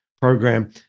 program